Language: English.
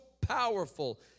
powerful